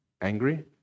angry